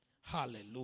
Hallelujah